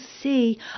see